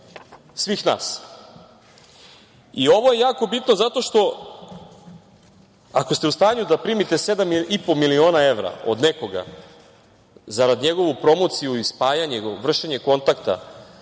svih nas. Ovo je jako bitno zato što ako ste u stanju da primite 7,5 miliona evra od nekoga zarad njegove promocije i spajanje, vršenje poslova